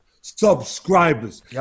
Subscribers